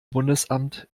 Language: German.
bundesamt